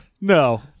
No